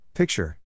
Picture